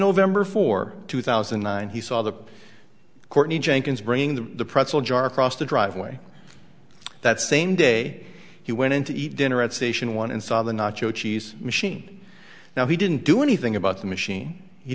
november for two thousand and nine he saw the courtney jenkins bring the presell jar across the driveway that same day he went in to eat dinner at station one and saw the nacho cheese machine now he didn't do anything about the machine